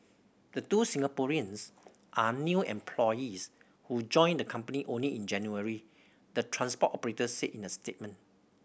the two Singaporeans are new employees who joined the company only in January the transport operator said in a statement